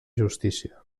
justícia